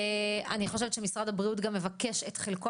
אני חושבת שמשרד הבריאות גם מבקש את חלקו